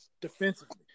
defensively